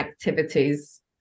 activities